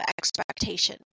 expectation